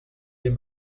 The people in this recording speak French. les